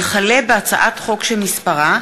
גילאון, עיסאווי